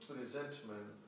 resentment